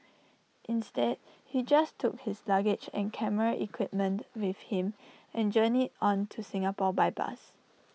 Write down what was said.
instead he just took his luggage and camera equipment with him and journeyed on to Singapore by bus